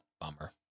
Bummer